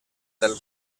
del